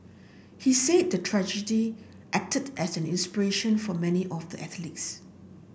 he say the tragedy acted as an inspiration for many of the athletes